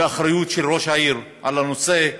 ואחריות של ראש העיר על הנושא,